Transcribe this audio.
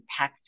impactful